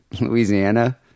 Louisiana